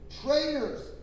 traitors